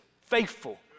Faithful